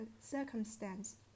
circumstance